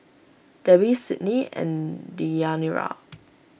Debbi Sydnee and Deyanira